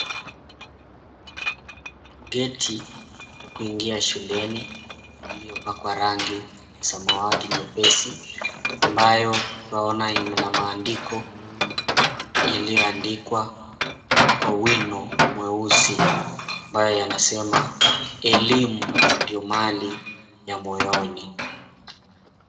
Geti ya kuingia shuleni iliyopakwa rangi samawati nyepesi, ambayo twaona ina maandiko yaliyoandikwa kwa wino mweusi, ambayo yanasema, Elimu Ndio Mali ya Moyoni.